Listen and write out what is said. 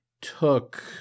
took